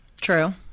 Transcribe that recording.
true